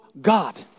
God